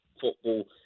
football